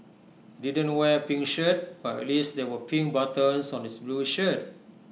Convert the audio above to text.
he didn't wear A pink shirt but at least there were pink buttons on his blue shirt